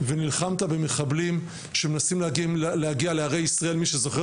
ונלחמת במחבלים שמנסים להגיע לערי ישראל מי שזוכר